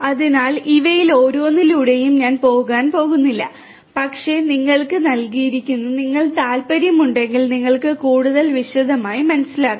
അതിനാൽ ഇവയിൽ ഓരോന്നിലൂടെയും ഞാൻ പോകാൻ പോകുന്നില്ല പക്ഷേ നിങ്ങൾക്ക് നൽകിയിരിക്കുന്നു നിങ്ങൾക്ക് താൽപ്പര്യമുണ്ടെങ്കിൽ നിങ്ങൾക്ക് കൂടുതൽ വിശദമായി മനസ്സിലാക്കാം